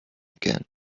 again